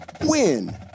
WIN